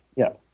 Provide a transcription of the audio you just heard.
yeah.